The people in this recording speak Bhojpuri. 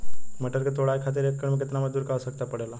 मटर क तोड़ाई खातीर एक एकड़ में कितना मजदूर क आवश्यकता पड़ेला?